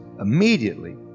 immediately